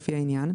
לפי העניין,